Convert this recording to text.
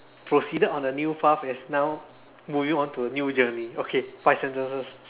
proceeded on a new path as now moving onto a new journey okay five sentences